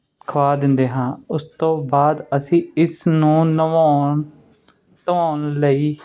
ਖੁਆ ਦਿੰਦੇ ਹਾਂ ਉਸ ਤੋਂ ਬਾਅਦ ਅਸੀਂ ਇਸ ਨੂੰ ਨਵੋਣ ਧੋਣ ਲਈ